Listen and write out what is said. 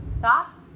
thoughts